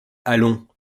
allons